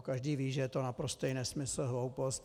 Každý ví, že je to naprostý nesmysl, hloupost.